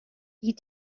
die